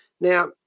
Now